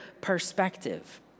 perspective